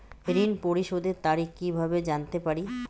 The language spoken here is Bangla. ঋণ পরিশোধের তারিখ কিভাবে জানতে পারি?